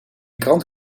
krant